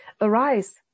Arise